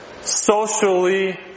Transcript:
socially